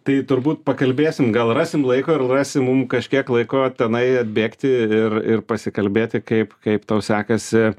tai turbūt pakalbėsim gal rasim laiko ir rasi mum kažkiek laiko tenai atbėgti ir ir pasikalbėti kaip kaip tau sekasi